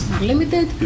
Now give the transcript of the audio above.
limited